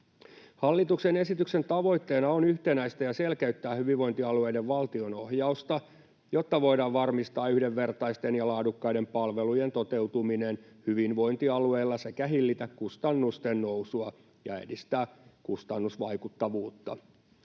Hallituksen esityksen tavoitteena on yhtenäistä ja selkeyttää hyvinvointialueiden valtionohjausta, jotta voidaan varmistaa yhdenvertaisten ja laadukkaiden palvelujen toteutuminen hyvinvointialueilla sekä hillitä kustannusten nousua ja edistää kustannusvaikuttavuutta.